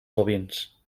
bovins